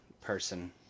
person